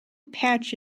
patch